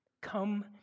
Come